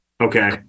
okay